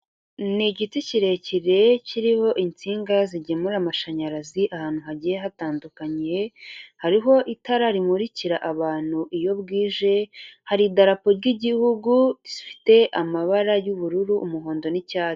N'igiti kirekire kiriho itsinga zigemura amashanyarazi ahantu hagiye hatandukanyekanye, hariho itara rimurikira abantu iyo bwije, hari idarapo ry'Igihugu rifite amabara y'ubururu, umuhondo, n'icyatsi.